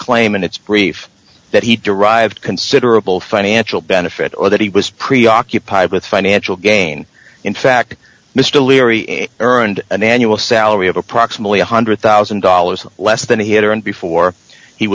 claim in its brief that he derived considerable financial benefit or that he was preoccupied with financial gain in fact mr leary earned an annual salary of approximately one hundred thousand dollars less than a hitter and before he